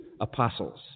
apostles